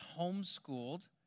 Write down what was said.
homeschooled